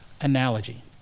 analogy